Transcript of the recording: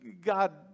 God